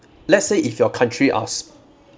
let's say if your country are